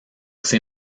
ces